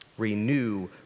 Renew